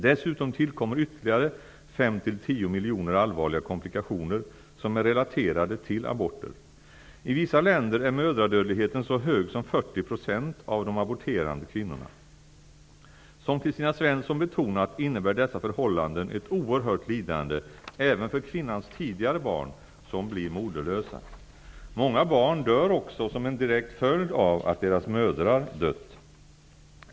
Dessutom tillkommer ytterligare 5--10 miljoner allvarliga komplikationer som är relaterade till aborter. I vissa länder är mödradödligheten så hög som 40 % Svensson betonat innebär dessa förhållanden ett oerhört lidande även för kvinnans tidigare barn som blir moderlösa. Många barn dör också som en direkt följd av att deras mödrar dött.